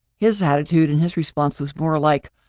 his attitude and his response was more like,